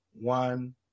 One